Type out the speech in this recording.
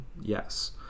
Yes